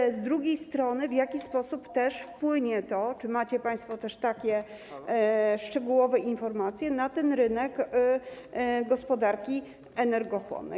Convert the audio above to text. I z drugiej strony: W jaki sposób też wpłynie to, czy macie państwo też takie szczegółowe informacje, na ten rynek gospodarki energochłonnej?